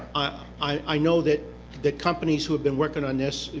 i know that the companies who have been working on this,